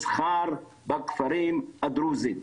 מסחר בכפרים הדרוזים.